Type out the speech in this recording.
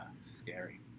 scary